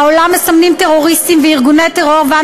בעולם מסמנים טרוריסטים וארגוני טרור,